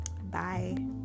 Bye